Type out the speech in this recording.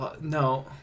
No